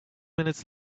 minutes